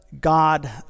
God